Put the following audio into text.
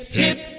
hip